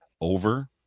over